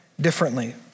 differently